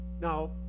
Now